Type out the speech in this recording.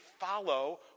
follow